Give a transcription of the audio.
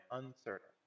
uncertain